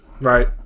right